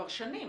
כבר שנים